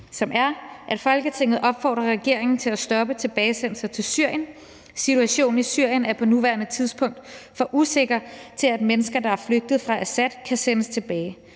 vedtagelse »Folketinget opfordrer regeringen til at stoppe tilbagesendelser til Syrien. Situationen i Syrien er på nuværende tidspunkt for usikker til, at mennesker, der er flygtet fra Assad, kan sendes tilbage.